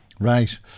Right